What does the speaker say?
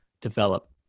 develop